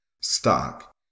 Stock